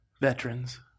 veterans